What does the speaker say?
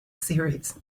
series